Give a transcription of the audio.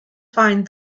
find